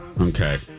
okay